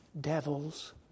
Devils